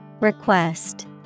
Request